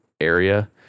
area